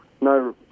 no